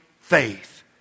faith